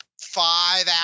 five